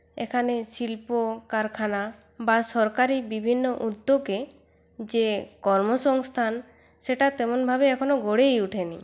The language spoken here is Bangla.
এখানে শিল্প কারখানা বা সরকারি বিভিন্ন উদ্যোগে যে কর্মসংস্থান সেটা তেমনভাবে এখনো গড়েই ওঠেনি